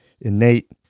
innate